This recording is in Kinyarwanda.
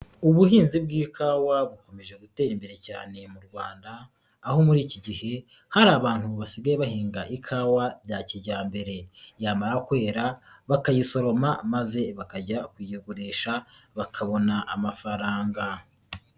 Ubuhinzi bw'ikawa bukomeje gutera imbere cyane mu Rwanda, aho muri iki gihe hari abantu basigaye bahinga ikawa bya kijyambere, yamara kwera bakayisoroma maze bakajya kuyigurisha bakabona amafaranga.